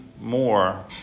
more